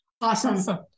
Awesome